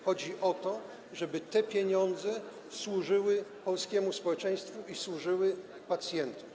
Chodzi o to, żeby te pieniądze służyły polskiemu społeczeństwu i służyły pacjentom.